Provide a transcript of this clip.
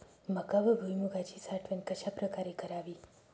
मका व भुईमूगाची साठवण कशाप्रकारे करावी?